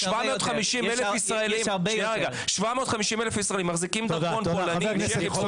750 אלף ישראלים מחזיקים דרכון פולני --- מה זה קשור?